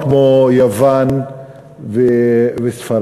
כמו יוון וספרד,